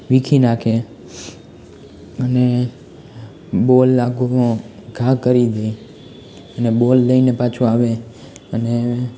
વીખી નાખે અને બોલ આઘો ઘા કરી દે અને બોલ લઈને પાછો આવે અને